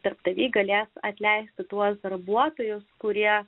darbdaviai galės atleisti tuos darbuotojus kurie